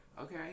okay